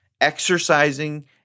exercising